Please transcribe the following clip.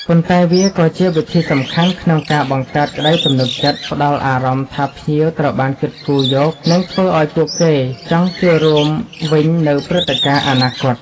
ប៉ុន្តែវាក៏ជាវិធីសំខាន់ក្នុងការបង្កើតក្តីទំនុកចិត្ត ផ្តល់អារម្មណ៍ថាភ្ញៀវត្រូវបានគិតគូរយក និងធ្វើឲ្យពួកគេចង់ចូលរួមវិញនៅព្រឹត្តិការណ៍អនាគត។